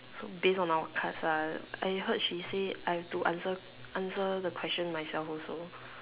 so based on our cards ah I heard she said I have to answer answer the question myself also